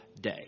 day